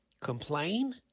Complain